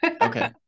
Okay